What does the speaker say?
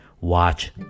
watch